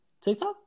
TikTok